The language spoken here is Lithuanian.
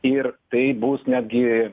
ir tai bus netgi